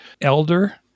elder